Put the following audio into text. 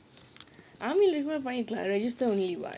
army என்ன பண்ணிட்ருந்த:enna pannitruntha like register only [what]